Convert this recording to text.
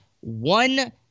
one